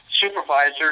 supervisors